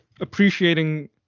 appreciating